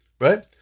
right